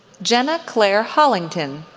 jenna clare hollington,